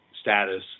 status